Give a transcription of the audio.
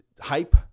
hype